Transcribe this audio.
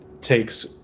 takes